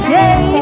day